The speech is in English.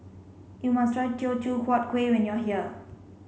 you must try Teochew Huat Kuih when you are here